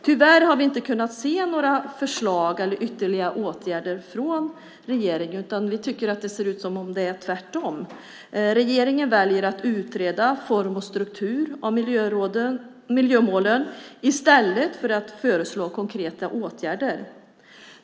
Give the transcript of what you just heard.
Tyvärr kan vi inte se några förslag eller ytterligare åtgärder från regeringen. I stället ser det ut att vara tvärtom. Regeringen väljer att utreda form och struktur beträffande miljömålen - detta i stället för att föreslå konkreta åtgärder.